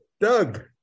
Doug